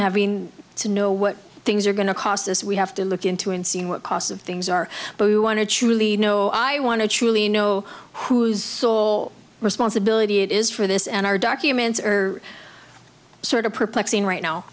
having to know what things are going to cost us we have to look into in seeing what costs of things are but we want to truly know i want to truly know whose sole responsibility it is for this and our are documents sort of perplexing right now